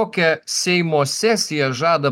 kokią seimo sesiją žada